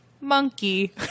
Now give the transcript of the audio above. monkey